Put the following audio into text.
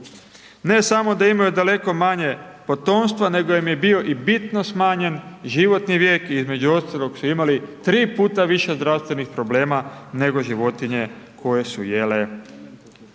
Ne samo da imaju daleko manje potomstva, nego im je bio i bitno smanjen životni vijek, između ostalog su imali 3 puta više zdravstvenih problema, nego životinje koje su jele